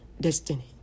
destiny